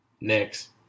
next